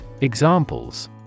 Examples